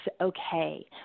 okay